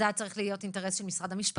זה היה צריך להיות אינטרס של משרד המשפטים,